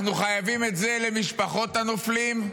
אנחנו חייבים את זה למשפחות הנופלים,